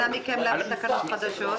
מה השתנה אצלכם בתקנות החדשות?